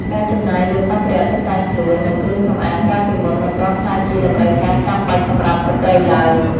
ការចំណាយលើសម្ភារៈតុបតែងខ្លួន និងគ្រឿងសម្អាងកាលពីមុនមិនទាន់ក្លាយជាតម្រូវការចាំបាច់សម្រាប់ស្ត្រីឡើយ។